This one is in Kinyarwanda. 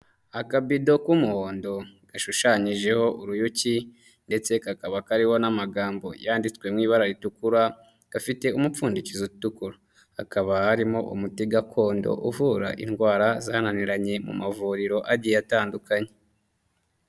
Akabido k'umuhondo gashushanyijeho uruyuki ndetse kakaba kariho n'amagambo yanditswe mu ibara ritukura, gafite umupfundikizo utukura. Hakaba harimo umuti gakondo uvura indwara zananiranye mu mavuriro agiye atandukanye.